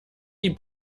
die